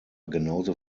genauso